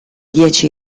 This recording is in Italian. dieci